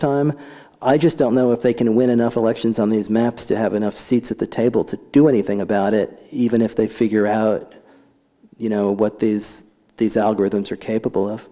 time i just don't know if they can win enough elections on these maps to have enough seats at the table to do anything about it even if they figure out you know what these these algorithms are capable of